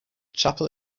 chapel